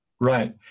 Right